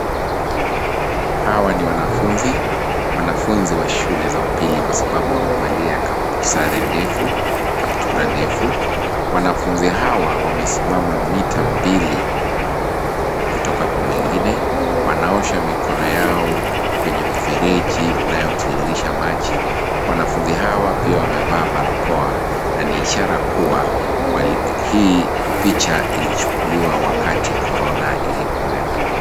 Hawa ni wanafunzi, wanafunzi wa shule za upili kwa sababu wamevalia sare ndefu, kaptura ndefu. Wanafunzi hawa wamesimama mita mbili kutoka kwa mwingine. Wanaosha mikono yao kwenye mfereji unayotiririsha maji. Wanafunzi hawa pia wamevaa barakoa na ni ishara kuwa hii picha ilichukuliwa wakati Korona ilikuwepo.